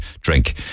drink